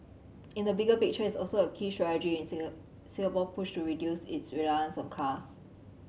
in the bigger picture it is also a key strategy in Singapore's push to reduce its reliance on cars